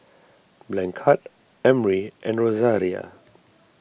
Blanchard Emry and Rosaria